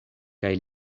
kaj